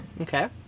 okay